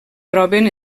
troben